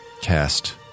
cast